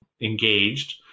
engaged